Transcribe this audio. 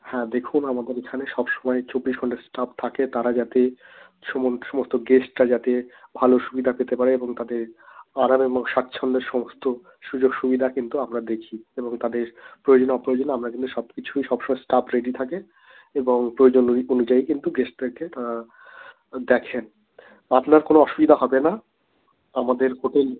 হ্যাঁ দেখুন আমাদের এখানে সব সময় চব্বিশ ঘণ্টা স্টাফ থাকে তারা যাতে সমস্ত গেস্টরা যাতে ভালো সুবিধা পেতে পারে এবং তাদের আরাম এবং স্বাচ্ছন্দ্যের সমস্ত সুযোগ সুবিধা কিন্তু আমরা দেখি এবং তাদের প্রয়োজনে অপ্রয়োজনে আমরা কিন্তু সব কিছুই সব সময় স্টাফ রেডি থাকে এবং প্রয়োজন অনুযায়ী কিন্তু গেস্টদেরকে দেখুন আপনার কোনো অসুবিধা হবে না আমাদের হোটেল